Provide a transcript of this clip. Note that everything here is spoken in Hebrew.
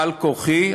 בעל כורחי.